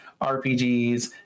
RPGs